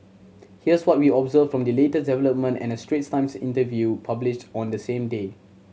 here's what we observed from the latest development and a Straits Times interview published on the same day